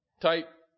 type